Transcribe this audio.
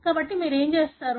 కాబట్టి మీరు ఏమి చేస్తారు